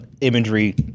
imagery